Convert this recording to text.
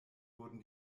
wurden